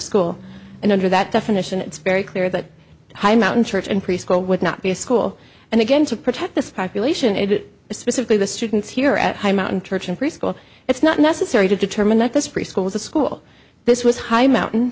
school and under that definition it's very clear that high mountain church and preschool would not be a school and again to protect this population it is specifically the students here at high mountain church in preschool it's not necessary to determine that this preschools the school this was high mountain